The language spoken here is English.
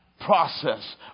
process